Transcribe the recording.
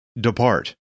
depart